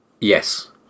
Yes